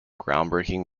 groundbreaking